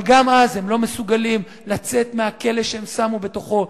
אבל גם אז הם לא מסוגלים לצאת מהכלא שהם שמו בתוכו,